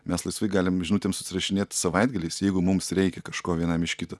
mes laisvai galim žinutėm susirašinėt savaitgaliais jeigu mums reikia kažko vienam iš kito